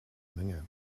menge